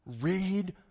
Read